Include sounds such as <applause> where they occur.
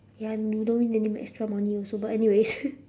ya you don't need make extra money also but anyways <laughs>